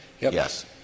yes